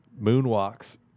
moonwalks